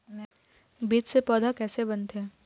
बीज से पौधा कैसे बनथे?